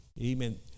Amen